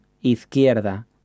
izquierda